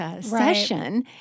session